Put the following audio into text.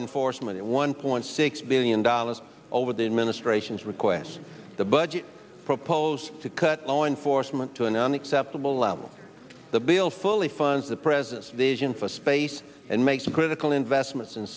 enforcement one point six billion dollars over the administration's requests the budget proposes to cut all enforcement to an unacceptable level the bill fully funds the president's vision for space and makes critical investments